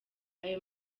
ayo